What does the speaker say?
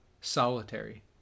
solitary